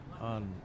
on